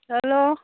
hello